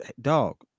Dog